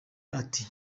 ati